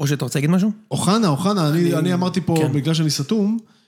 או שאתה רוצה להגיד משהו? אוחנה, אוחנה, אני אמרתי פה בגלל שאני סתום.